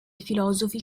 filosofi